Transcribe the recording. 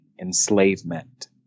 enslavement